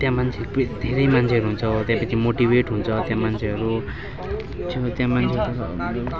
त्यहाँ मान्छेहरू पनि धेरै मान्छेहरू हुन्छ त्यहाँदेखि मोटिभेट हुन्छ त्यहाँ मान्छेहरू मान्छेहरू